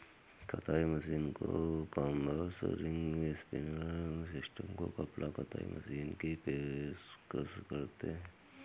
कताई मशीनों को कॉम्बर्स, रिंग स्पिनिंग सिस्टम को कपड़ा कताई मशीनरी की पेशकश करते हैं